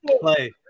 play